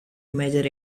measure